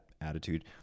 attitude